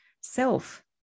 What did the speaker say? self